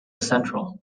central